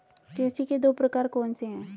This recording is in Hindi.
कृषि के दो प्रकार कौन से हैं?